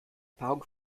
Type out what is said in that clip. paarung